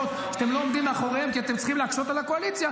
שאתם לא עומדים מאחוריהן כי אתם צריכים להקשות על הקואליציה,